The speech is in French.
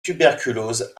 tuberculose